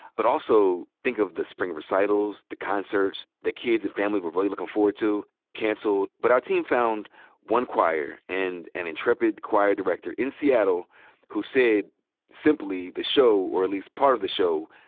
but also think of the spring recitals, the concerts, the kids that family were really lookin' forward to cancelled. but our team found one choir and an intrepid choir director in seattle who said simply, the show, or at least part the show,